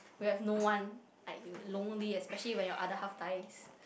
we have no one like you lonely especially when your other half dies